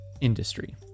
industry